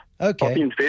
Okay